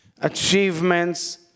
achievements